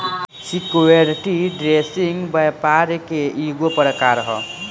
security trading व्यापार के ईगो प्रकार ह